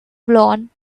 blown